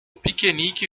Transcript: piquenique